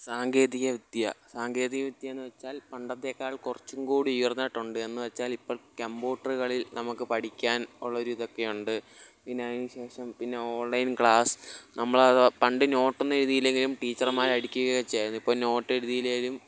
സാങ്കേതിക വിദ്യ സാങ്കേതിക വിദ്യ എന്ന് വെച്ചാൽ പണ്ടത്തെക്കാളും കുറച്ചും കൂടി ഉയർന്നിട്ടുണ്ട് എന്നു വെച്ചാൽ ഇപ്പോൾ കമ്പൂട്ടറുകളിൽ നമുക്ക് പഠിക്കാൻ ഉള്ള ഒരു ഇതൊക്കെ ഉണ്ട് പിന്നെ അതിന് ശേഷം പിന്നെ ഓൺലൈൻ ക്ലാസ്സ് നമ്മള് അത് പണ്ട് നോട്ടൊന്നും എഴുതി ഇല്ലെങ്കിലും ടീച്ചർമാര് അടിക്കുകയും ചെയ്യുവായിരുന്നു ഇപ്പോൾ നോട്ട് എഴുതിയില്ലെങ്കിലും